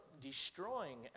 destroying